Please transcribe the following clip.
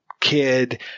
kid